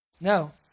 No